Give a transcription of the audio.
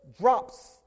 drops